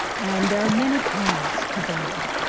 and there are many paths to that.